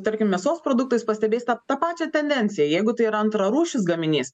tarkim mėsos produktais pastebėsit tą tą pačią tendenciją jeigu tai yra antrarūšis gaminys